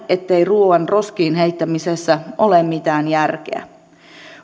ettei ruuan roskiin heittämisessä ole mitään järkeä